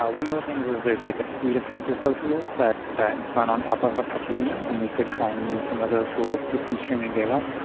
ah one of the things is there's like a suite of tensorflow tools that that run on top of apache beam, and we could try and use some of those tools with some streaming data.